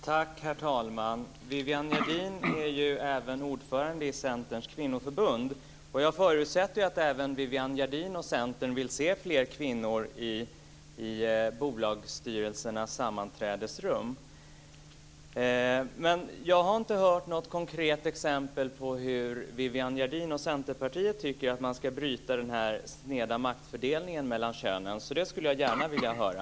Herr talman! Viviann Gerdin är ordförande i Centerns kvinnoförbund, och jag förutsätter att även hon och Centern vill se fler kvinnor i bolagsstyrelsernas sammanträdesrum. Men jag har inte hört något konkret exempel på hur Viviann Gerdin och Centerpartiet tycker att man ska bryta den sneda maktfördelningen mellan könen, så det skulle jag gärna vilja höra.